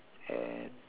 and